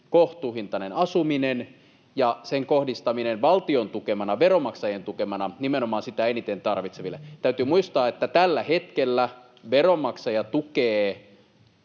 kohtuuhintainen asuminen ja sen kohdistaminen valtion tukemana, veronmaksajien tukemana, nimenomaan sitä eniten tarvitseville. Täytyy muistaa, että tällä hetkellä veronmaksaja tukee